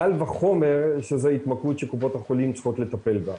קל וחומר שזו התמכרות שקופות החולים צריכות לטפל בה.